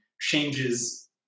changes